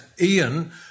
Ian